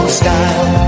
style